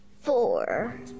Four